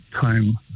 time